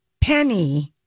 penny